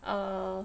err